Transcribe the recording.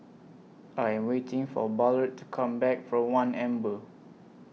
I Am waiting For Ballard to Come Back from one Amber